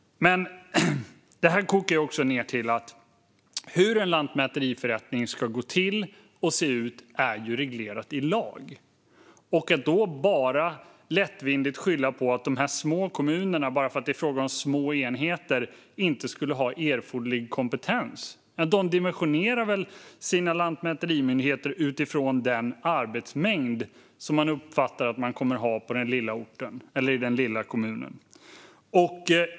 Detta kokar också ned till att det är reglerat i lag hur en lantmäteriförrättning ska gå till och se ut. Då blir det lättvindigt att skylla på att de små kommunerna, bara för att det är fråga om små enheter, inte skulle ha erforderlig kompetens. Men de dimensionerar väl sina lantmäterimyndigheter utifrån den arbetsmängd som de uppfattar att de kommer att ha på den lilla orten eller i den lilla kommunen?